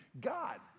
God